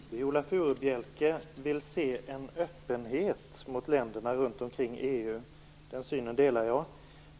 Fru talman! Viola Furubjelke vill se en öppenhet mot länderna runt omkring EU. Den synen delar jag.